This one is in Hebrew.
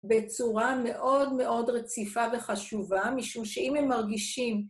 בצורה מאוד מאוד רציפה וחשובה, משום שאם הם מרגישים